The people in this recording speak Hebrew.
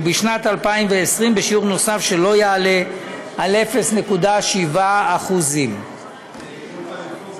ובשנת 2020 בשיעור נוסף שלא יעלה על 0.7%. להצעת החוק לא הוגשו